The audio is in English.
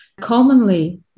commonly